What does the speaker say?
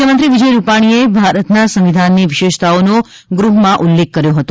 મુખ્યમંત્રી વિજય રુપાણીએ ભારતના સંવિધાનની વિશેષતાઓનો ગૃહમાં ઉલ્લેખ કર્યો હતો